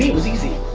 was easy.